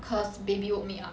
cause baby woke me up